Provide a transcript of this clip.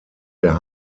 der